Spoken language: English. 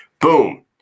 boom